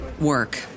work